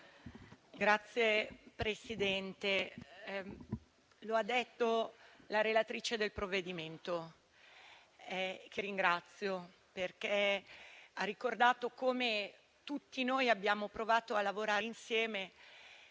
Signor Presidente, la relatrice del provvedimento, che ringrazio, ha ricordato come tutti noi abbiamo provato a lavorare insieme.